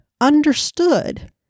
understood